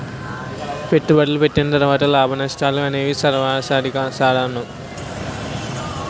పెట్టుబడులు పెట్టిన తర్వాత లాభనష్టాలు అనేవి సర్వసాధారణం